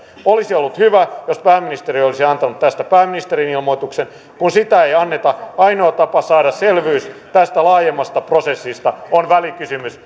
olisi ollut hyvä jos pääministeri olisi antanut tästä pääministerin ilmoituksen kun sitä ei anneta ainoa tapa saada selvyys tästä laajemmasta prosessista on välikysymys